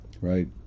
Right